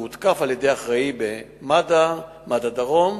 הוא הותקף על-ידי אחראי במד"א דרום,